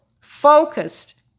focused